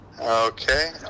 Okay